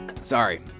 Sorry